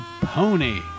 pony